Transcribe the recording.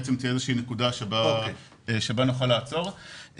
וגם באוכלוסייה